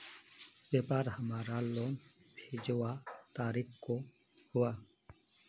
व्यापार हमार लोन भेजुआ तारीख को हुआ?